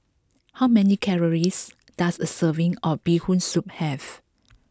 how many calories does a serving of Bee Hoon Soup have